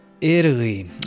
Italy